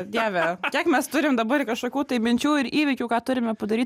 dieve kiek mes turim dabar kažkokių tai minčių ir įvykių ką turime padaryt